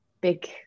big